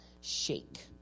shake